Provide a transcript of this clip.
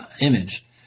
image